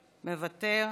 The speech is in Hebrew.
מוותר,